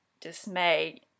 dismay